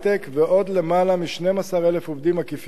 ועוד למעלה מ-12,000 עובדים עקיפים אחרים.